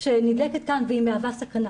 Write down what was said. שנדלקת ומהווה סכנה,